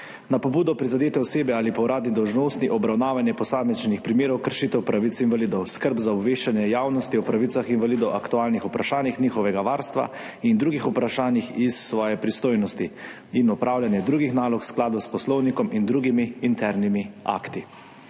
na pobudo prizadete osebe ali po uradni dolžnosti obravnavanje posamičnih primerov kršitev pravic invalidov; skrb za obveščanje javnosti o pravicah invalidov, aktualnih vprašanjih njihovega varstva in drugih vprašanjih iz svoje pristojnosti ter opravljanje drugih nalog v skladu s poslovnikom in drugimi internimi akti.